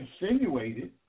insinuated